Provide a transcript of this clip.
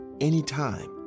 Anytime